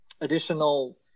additional